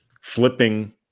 flipping